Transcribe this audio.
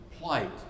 plight